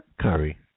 curry